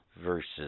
versus